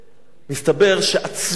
מסתבר שהצביעות,